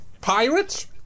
Pirates